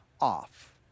off